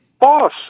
boss